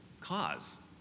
cause